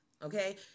Okay